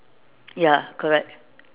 ya correct